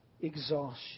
exhaustion